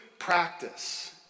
Practice